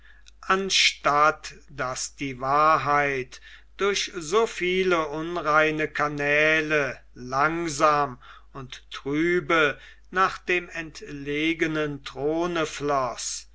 anstatt daß die wahrheit durch so viele unreine kanäle langsam und trübe nach dem entlegenen throne floß